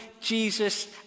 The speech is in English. Jesus